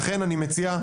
אני מציע,